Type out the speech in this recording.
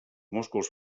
músculs